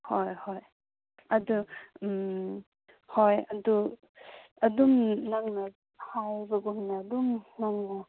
ꯍꯣꯏ ꯍꯣꯏ ꯑꯗꯨ ꯍꯣꯏ ꯑꯗꯨ ꯑꯗꯨꯝ ꯅꯪꯅ ꯍꯥꯏꯕꯒꯨꯝꯅ ꯑꯗꯨꯝ ꯅꯪꯅ